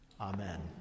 Amen